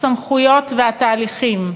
הסמכויות והתהליכים.